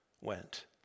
went